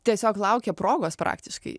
tiesiog laukia progos praktiškai